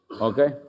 Okay